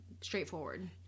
straightforward